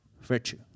virtue